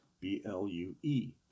B-L-U-E